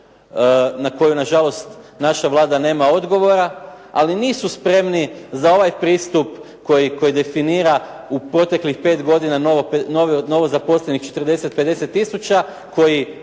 na koju nažalost naša Vlada nema odgovora, ali nisu spremni za ovaj pristup koji definira u proteklih pet godina novozaposlenih 40, 50 tisuća koji